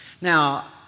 Now